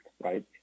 right